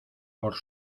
por